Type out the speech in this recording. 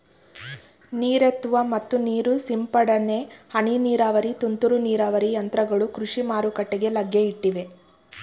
ನೀರೆತ್ತುವ ಮತ್ತು ನೀರು ಸಿಂಪಡನೆ, ಹನಿ ನೀರಾವರಿ, ತುಂತುರು ನೀರಾವರಿ ಯಂತ್ರಗಳು ಕೃಷಿ ಮಾರುಕಟ್ಟೆಗೆ ಲಗ್ಗೆ ಇಟ್ಟಿವೆ